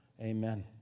Amen